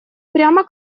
прямо